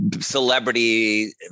celebrity